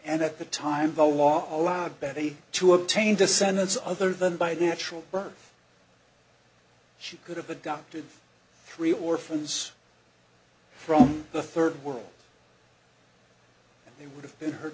and at the time both law allowed betty to obtain descendants other than by the natural birth she could have adopted three orphans from the third world and they would have been h